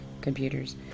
computers